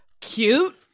cute